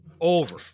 Over